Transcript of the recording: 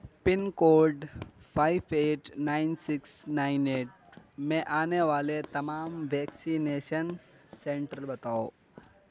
پن code five eight nine six nine eight میں آنے والے تمام ویکسینیشن سنٹر بتاؤ